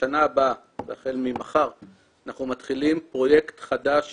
בשנה הבאה, החל ממחר, אנחנו מתחילים פרויקט חדש